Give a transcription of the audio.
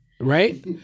right